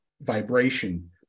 vibration